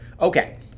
Okay